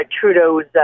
Trudeau's